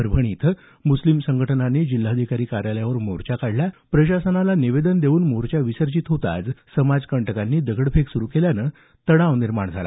परभणी इथं मुस्लिम संघटनांनी जिल्हाधिकारी कार्यालयावर मोर्चा काढला प्रशासनाला निवेदन देऊन मोर्चा विसर्जित होताच समाजकंटकांनी दगडफेक सुरू केल्यानं तणाव निर्माण झाला